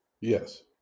Yes